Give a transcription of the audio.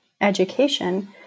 education